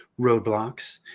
roadblocks